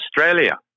Australia